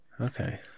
Okay